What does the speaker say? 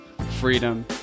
freedom